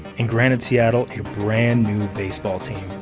and granted seattle a brand new baseball team.